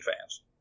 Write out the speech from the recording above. fans